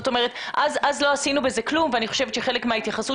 אז לא עשינו בזה כלום ואני חושבת שכחלק מההתייחסות